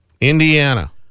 Indiana